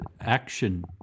action